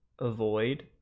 avoid